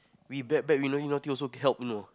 we bad bad we doing nothing also can help know